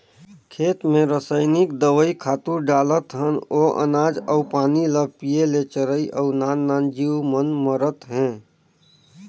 खेत मे रसइनिक दवई, खातू डालत हन ओ अनाज अउ पानी ल पिये ले चरई अउ नान नान जीव मन मरत हे